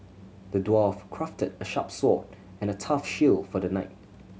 the dwarf crafted a sharp sword and a tough shield for the knight